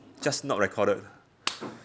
just not recorded